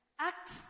act